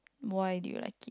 why did you like it